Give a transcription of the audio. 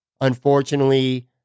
unfortunately